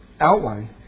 outline